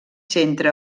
centre